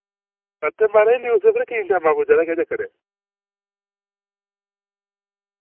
हां ते माराज न्यूज पेपर की नि टैमा दा पुज्जा दा केह् चक्कर ऐ